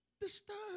disturbed